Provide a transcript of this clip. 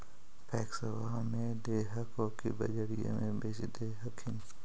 पैक्सबा मे दे हको की बजरिये मे बेच दे हखिन?